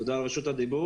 תודה על רשות הדיבור.